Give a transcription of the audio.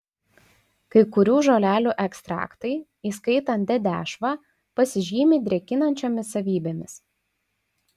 kai kurių žolelių ekstraktai įskaitant dedešvą pasižymi drėkinančiomis savybėmis